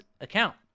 account